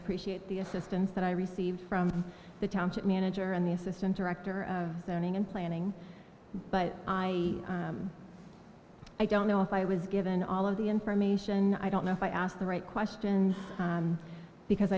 appreciate the assistance that i received from the township manager and the assistant director of the owning and planning but i i don't know if i was given all of the information i don't know if i asked the right question because